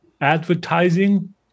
Advertising